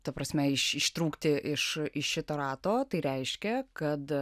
ta prasme ištrūkti iš iš šito rato tai reiškia kad